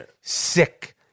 sick